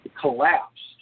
collapsed